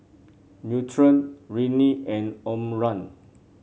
Nutren Rene and Omron